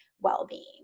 well-being